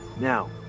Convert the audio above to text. Now